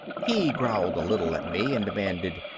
he growled a little at me and demanded,